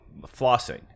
flossing